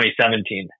2017